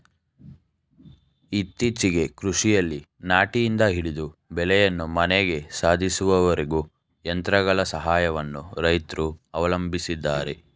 ಇತ್ತೀಚೆಗೆ ಕೃಷಿಯಲ್ಲಿ ನಾಟಿಯಿಂದ ಹಿಡಿದು ಬೆಳೆಯನ್ನು ಮನೆಗೆ ಸಾಧಿಸುವವರೆಗೂ ಯಂತ್ರಗಳ ಸಹಾಯವನ್ನು ರೈತ್ರು ಅವಲಂಬಿಸಿದ್ದಾರೆ